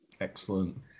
Excellent